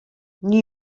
new